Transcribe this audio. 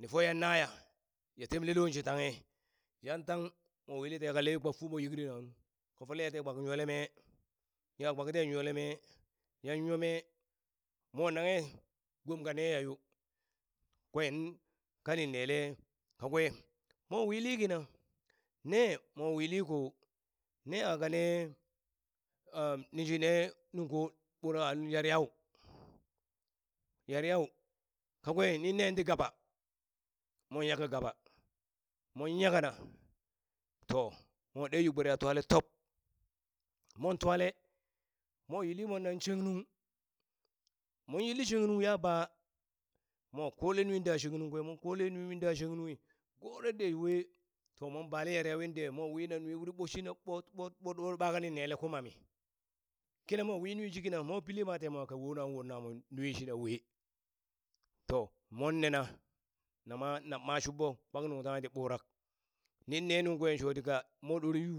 Ni foyaŋ naya ya temle lo shi tanghe, yan tang mo wili teya ka leyo kpap fumo yikrinanu ka foleya te kpak yoleme ya kpap ten yole mee, yan yo me, mo nanghe gom ka neya yo kwen kanin nele kakwe mo wili kina ne mo wili ko ne a ka ne ninshi ne nunko ɓurak a yaryau yaryau kakwe nine ti gaba, mo nyaka gaba mon nyakana, to mo ɗe yu gbereha tuale tob mon twale mo yilli monna shengnuŋ mon yilli sheng nuŋ ya ba mo kole nui da shennung kwe mon kole nui da shengnunghi ɓore de we to mo ba yaryauwi de mwa wina wuri nui ɓo shina ɓot ɓot ɓot ɓa ka nin nele kumammi, kina mo wi nwi shikina mo pillina mwa te mwa ka wonan wo namo nui shina we, to mon nena nama na maa shuɓɓo kpang nuŋ tanghe ti ɓurak nin ne nuŋ kwe shoti ka mo ɗor yu